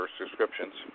subscriptions